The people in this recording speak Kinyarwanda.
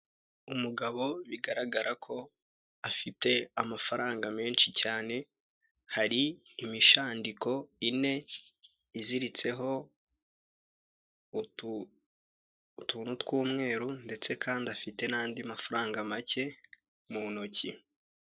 Umugabo bigaragara ko afite amafaranga menshi cyane, hari imishandiko ine iziritseho utuntu tw'umweru ndetse kandi afite n'andi mafaranga make mu ntoki.